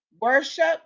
worship